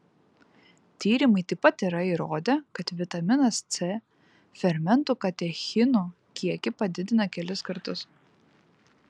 tyrimai taip pat yra įrodę kad vitaminas c fermentų katechinų kiekį padidina kelis kartus